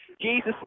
Jesus